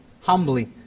humbly